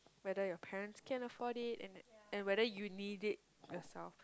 whether your parents can afford it and and whether you need it yourself